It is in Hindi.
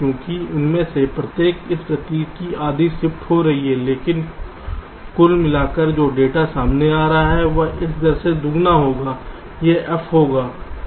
क्योंकि उनमें से प्रत्येक इस गति से आधी शिफ्ट हो रही है लेकिन कुल मिलाकर जो डेटा सामने आ रहा है वह इस दर से दोगुना होगा यह f होगा